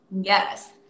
Yes